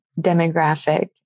demographic